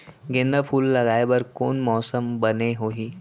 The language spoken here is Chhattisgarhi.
गेंदा फूल लगाए बर कोन मौसम बने होही?